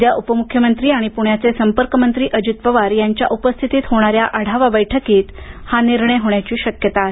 उद्या उपमुख्यमंत्री आणि पूण्याचे संपर्कमंत्री अजित पवार यांच्या उपस्थितीत होणाऱ्या आढावा बैठकीत हा निर्णय होण्याची शक्यता आहे